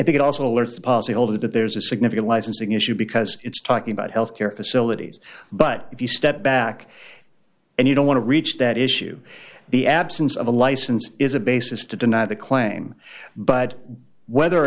think it also alerts the policyholder that there's a significant licensing issue because it's talking about health care facilities but if you step back and you don't want to reach that issue the absence of a license is a basis to deny the claim but whether or